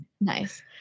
Nice